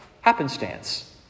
happenstance